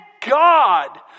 God